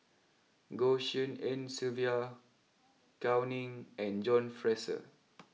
Goh Tshin En Sylvia Gao Ning and John Fraser